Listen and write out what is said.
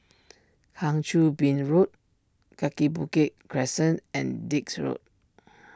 Kang Choo Bin Road Kaki Bukit Crescent and Dix Road